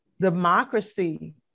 democracy